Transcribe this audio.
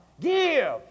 Give